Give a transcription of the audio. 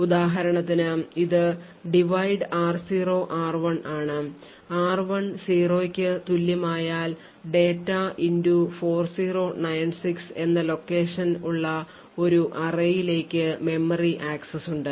ഉദാഹരണത്തിന് ഇത് divide r0 r1 ആണ് r1 0 ന് തുല്യമായാൽ ഡാറ്റ 4096 എന്ന ലൊക്കേഷൻ ഉള്ള ഒരു array ലേക്ക് മെമ്മറി ആക്സസ് ഉണ്ട്